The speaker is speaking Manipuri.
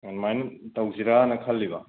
ꯑꯗꯨꯃꯥꯏꯅ ꯇꯧꯁꯤꯔꯥꯅ ꯈꯜꯂꯤꯕ